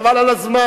חבל על הזמן.